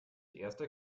erste